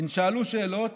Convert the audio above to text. הן שאלו שאלות